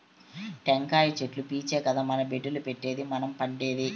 టెంకాయ చెట్లు పీచే కదా మన బెడ్డుల్ల పెట్టేది మనం పండేది